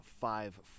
five